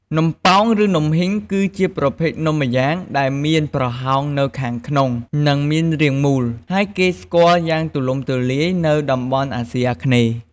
នំប៉ោង ឬ នំហុីង គឺជាប្រភេទនំម្យ៉ាង ដែលមានប្រហោងនៅខាងក្នុង និងមានរាងមូល ហើយគេស្គាល់យ៉ាងទូលំទូលាយនៅតំបន់អាស៊ីអាគ្នេយ៍។